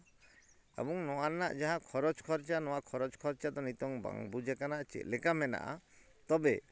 ᱮᱵᱚᱝ ᱱᱚᱣᱟ ᱨᱮᱱᱟᱜ ᱡᱟᱦᱟᱸ ᱠᱷᱚᱨᱚᱪ ᱠᱷᱚᱨᱪᱟ ᱱᱚᱣᱟ ᱠᱷᱚᱨᱚᱪ ᱠᱷᱚᱨᱪᱟ ᱫᱚ ᱱᱤᱛᱳᱝ ᱵᱟᱝ ᱵᱩᱡᱟᱠᱟᱱᱟ ᱪᱮᱫᱞᱮᱠᱟ ᱢᱮᱱᱟᱜᱼᱟ ᱛᱚᱵᱮ